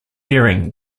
daring